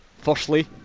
firstly